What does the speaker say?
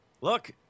Look